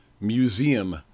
Museum